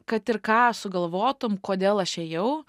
kad ir ką sugalvotum kodėl aš ėjau